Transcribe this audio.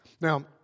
Now